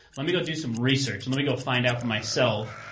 let me go do some research. let me go find out for myself.